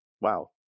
Wow